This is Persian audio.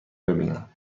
ببینم